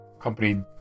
company